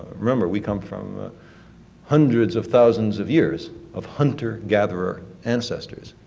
remember, we come from hundreds of thousands of years of hunter gatherer ancestors.